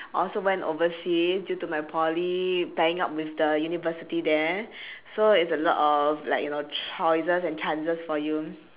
I also went overseas due to my poly tying up with the university there so it's a lot of like you know choices and chances for you